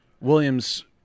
Williams